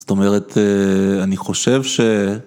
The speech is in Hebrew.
זאת אומרת, אני חושב ש...